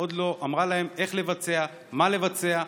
עוד לא אמרה להם איך לבצע ומה לבצע,